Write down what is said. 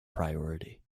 priority